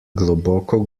globoko